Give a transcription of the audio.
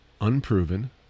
unproven